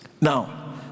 Now